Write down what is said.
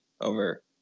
over